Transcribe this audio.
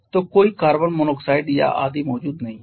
तो कोई carbon monoxide या आदि मौजूद नहीं है